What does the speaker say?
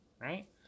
Right